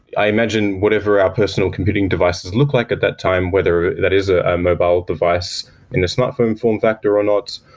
i imagine whatever our personal computing devices look like at that time, whether that is a mobile device in the smartphone form factor or not,